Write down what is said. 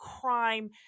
crime